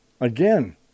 Again